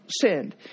sinned